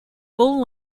full